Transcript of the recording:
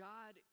God